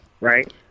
right